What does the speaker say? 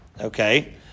Okay